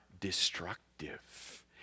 destructive